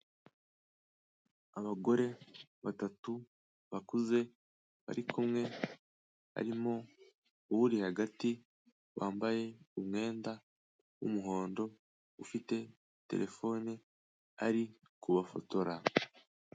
Abagore batatu bakuze bari kumwe, harimo uri hagati wambaye umwenda w'umuhondo, ufite telefone ari kubafotora.